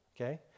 Okay